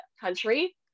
country